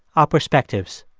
our perspectives.